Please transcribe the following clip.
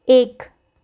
एक